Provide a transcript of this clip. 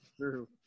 True